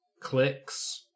clicks